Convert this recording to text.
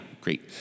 great